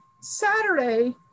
Saturday